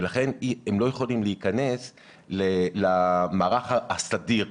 ולכן הם לא יכולים להיכנס למערך הסדיר.